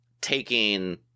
taking